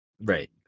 right